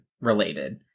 related